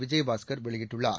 விஜயபாஸ்கர் வெளியிட்டுள்ளார்